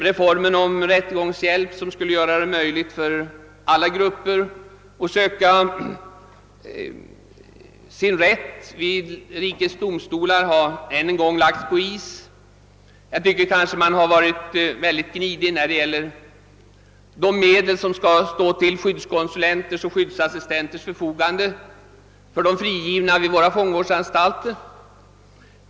Reformen om rättegångshjälp, som skulle göra det möjligt för alla grupper att söka sin rätt vid rikets domstolar, har än en gång lagts på is. Jag tycker att man varit mindre generös när det gäller de medel som skall stå till skyddskonsulenters och skyddsassistenters förfogande för utbetalning till de frigivna vid våra fångvårdsanstalter.